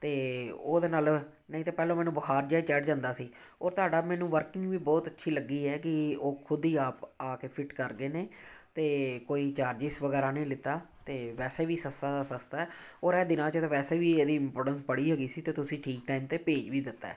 ਅਤੇ ਉਹਦੇ ਨਾਲ ਨਹੀਂ ਤਾਂ ਪਹਿਲੋਂ ਮੈਨੂੰ ਬੁਖਾਰ ਜਿਹਾ ਚੜ ਜਾਂਦਾ ਸੀ ਔਰ ਤੁਹਾਡਾ ਮੈਨੂੰ ਵਰਕਿੰਗ ਵੀ ਬਹੁਤ ਅੱਛੀ ਲੱਗੀ ਹੈ ਕਿ ਉਹ ਖੁਦ ਹੀ ਆਪ ਆ ਕੇ ਫਿੱਟ ਕਰ ਗਏ ਨੇ ਅਤੇ ਕੋਈ ਚਾਰਜਿਸ ਵਗੈਰਾ ਨਹੀਂ ਲਿੱਤਾ ਅਤੇ ਵੈਸੇ ਵੀ ਸਸਤਾ ਦਾ ਸਸਤਾ ਹੈ ਔਰ ਇਹ ਦਿਨਾਂ 'ਚ ਤਾਂ ਵੈਸੇ ਵੀ ਇਹਦੀ ਇਮਪੋਰਟੈਂਸ ਬੜੀ ਹੈਗੀ ਸੀ ਅਤੇ ਤੁਸੀਂ ਠੀਕ ਟਾਈਮ 'ਤੇ ਭੇਜ ਵੀ ਦਿੱਤਾ